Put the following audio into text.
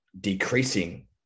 decreasing